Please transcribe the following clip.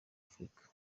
afurika